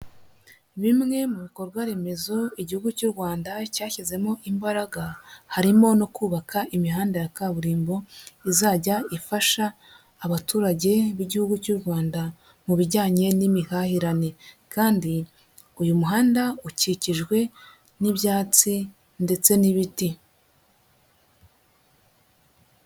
Bimwe mu bikorwa remezo igihugu cy'u Rwanda cyashyizemo imbaraga harimo no kubaka imihanda ya kaburimbo izajya ifasha abaturage b'igihugu cy'u Rwanda mu bijyanye n'imihahirane kandi uyu muhanda ukikijwe n'ibyatsi ndetse n'ibiti.